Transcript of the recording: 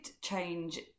change